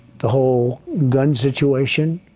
the whole gun situation,